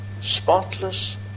spotless